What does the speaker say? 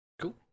cool